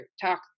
talk